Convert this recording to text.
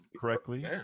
correctly